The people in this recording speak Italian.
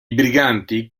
briganti